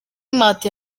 martin